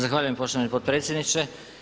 Zahvaljujem poštovani potpredsjedniče.